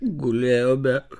gulėjau be